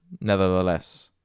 Nevertheless